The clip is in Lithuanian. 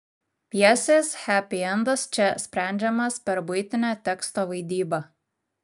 pjesės hepiendas čia sprendžiamas per buitinę teksto vaidybą